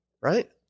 Right